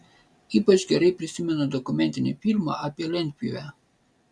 ypač gerai prisimenu dokumentinį filmą apie lentpjūvę